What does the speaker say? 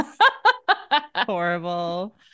Horrible